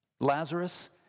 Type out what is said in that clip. Lazarus